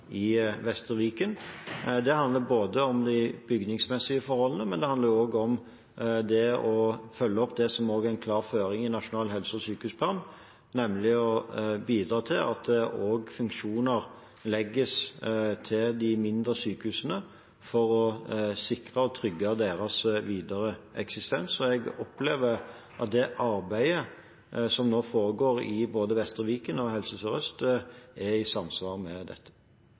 i Vestre Viken. Det handler både om de bygningsmessige forholdene og om å følge opp det som er en klar føring i Nasjonal helse- og sykehusplan, nemlig å bidra til at funksjoner legges til de mindre sykehusene for å sikre og trygge deres videre eksistens. Jeg opplever at det arbeidet som foregår i både Vestre Viken og Helse Sør-Øst, er i samsvar med dette.